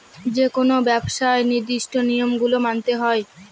যেকোনো ব্যবসায় নির্দিষ্ট নিয়ম গুলো মানতে হয়